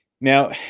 Now